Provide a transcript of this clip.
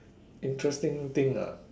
interesting thing ah